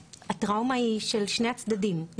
הטראומה היא של שני הצדדים,